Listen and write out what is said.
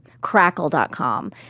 Crackle.com